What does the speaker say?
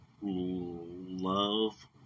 love